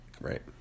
Right